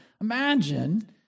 imagine